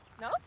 No